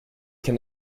can